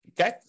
Okay